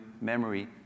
memory